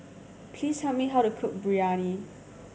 please tell me how to cook Biryani